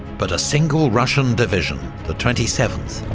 but a single russian division, the twenty seventh,